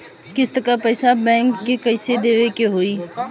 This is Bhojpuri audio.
किस्त क पैसा बैंक के कइसे देवे के होई?